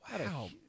Wow